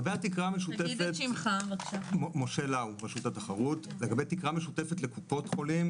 לא התייחסות לבית חולים